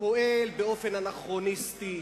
פועל באופן אנכרוניסטי.